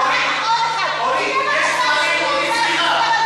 אחד, ואחר כך עוד אחד.